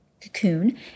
cocoon